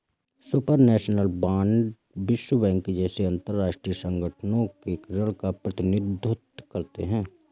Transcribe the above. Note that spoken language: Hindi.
सुपरनैशनल बांड विश्व बैंक जैसे अंतरराष्ट्रीय संगठनों के ऋण का प्रतिनिधित्व करते हैं